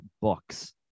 books